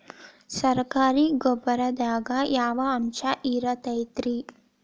ಸರಕಾರಿ ಗೊಬ್ಬರದಾಗ ಯಾವ ಅಂಶ ಇರತೈತ್ರಿ?